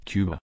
Cuba